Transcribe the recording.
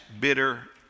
bitter